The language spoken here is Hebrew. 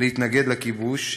להתנגד לכיבוש,